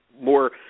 more